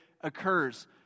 occurs